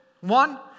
one